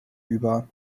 über